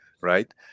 right